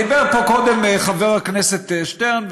דיבר פה קודם חבר הכנסת שטרן,